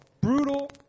brutal